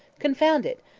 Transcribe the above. confound it!